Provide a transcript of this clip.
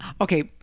Okay